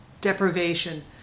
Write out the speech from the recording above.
deprivation